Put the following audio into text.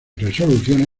resoluciones